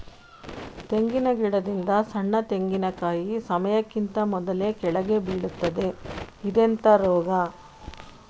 ತೆಂಗಿನ ಗಿಡದಿಂದ ಸಣ್ಣ ತೆಂಗಿನಕಾಯಿ ಸಮಯಕ್ಕಿಂತ ಮೊದಲೇ ಕೆಳಗೆ ಬೀಳುತ್ತದೆ ಇದೆಂತ ರೋಗ?